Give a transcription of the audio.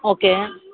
okay